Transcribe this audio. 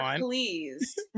please